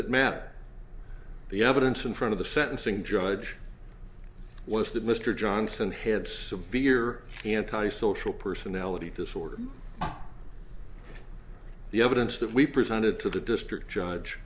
it matter that the evidence in front of the sentencing judge was that mr johnson had severe antisocial personality disorder the evidence that we presented to the district judge